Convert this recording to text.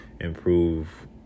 improve